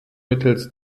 mittels